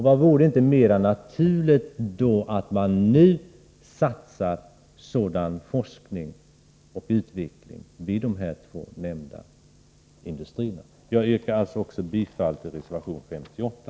Vad vore mer naturligt än att nu satsa på forskning och utveckling vid dessa två nämnda industrier? Jag yrkar bifall till reservation 58.